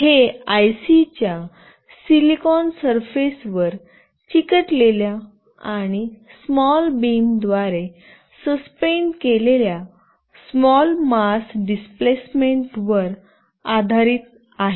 आणि हे आयसी च्या सिलिकॉन सरफेस वर चिकटलेल्या आणि स्मॉल बीमद्वारे सस्पेंडेड केलेल्या स्मॉल मास डिस्प्लेसमेंट वर आधारित आहे